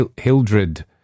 Hildred